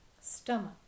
Stomach